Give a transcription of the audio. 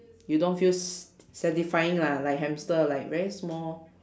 you don't feel s~ satisfying lah like hamster like very small